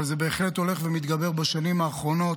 אבל זה בהחלט הולך ומתגבר בשנים האחרונות,